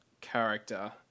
character